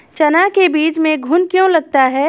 चना के बीज में घुन क्यो लगता है?